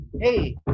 hey